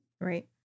Right